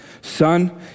son